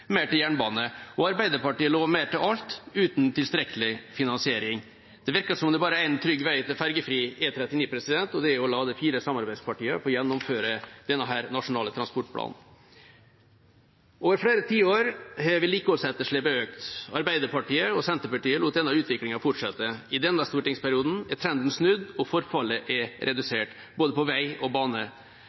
mer til jernbane. Arbeiderpartiet lover mer til alt, uten tilstrekkelig finansiering. Det virker som om det bare er én trygg vei til ferjefri E39, og det er å la de fire samarbeidspartiene få gjennomføre denne nasjonale transportplanen. Over flere tiår har vedlikeholdsetterslepet økt. Arbeiderpartiet og Senterpartiet lot denne utviklingen fortsette. I denne stortingsperioden er trenden snudd, og forfallet er redusert både på vei og på bane.